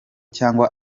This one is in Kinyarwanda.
cyangwa